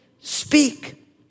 speak